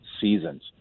seasons